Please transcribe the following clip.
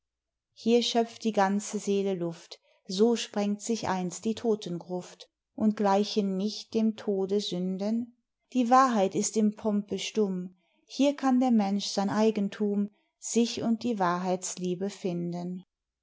hier schöpft die ganze seele luft so sprengt sich einst die todtengruft und gleichen nicht dem tode sünden die wahrheit ist im pompe stumm hier kann der mensch sein eigenthum sich und die wahrheitsliebe finden